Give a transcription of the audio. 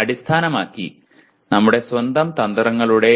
അത് അടിസ്ഥാനമാക്കി നമ്മുടെ സ്വന്തം തന്ത്രങ്ങളുടെ